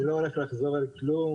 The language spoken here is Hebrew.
אני לא הולך לחזור על כלום.